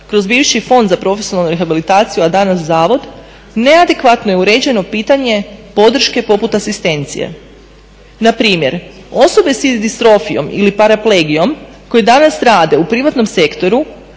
kroz bivši Fond za profesionalnu rehabilitaciju, a danas Zavod neadekvatno je uređeno pitanje podrške poput asistencije. Na primjer, osobe sa distrofijom ili paraplegijom koje danas rade u privatnom sektoru